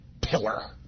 pillar